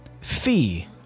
Fee